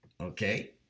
Okay